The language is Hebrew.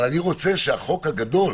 אבל אני רוצה שהחוק הגדול,